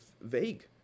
vague